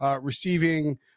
receiving